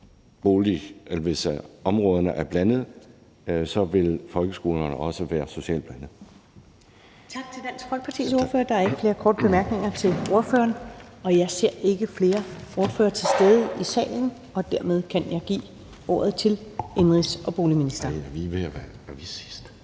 hvis områderne er blandede, vil folkeskolerne også være socialt blandede.